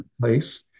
place